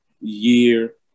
year